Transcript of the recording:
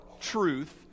truth